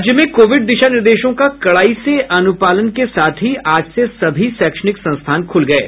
राज्य में कोविड दिशा निर्देशों का कड़ाई से अनुपालन के साथ ही आज से सभी शैक्षणिक संस्थान खुल गये